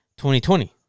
2020